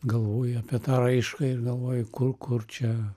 galvoji apie tą raišką ir galvoji kur kur čia